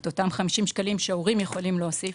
במקום אותם 50 ₪ שההורים יכולים להוסיף.